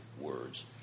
words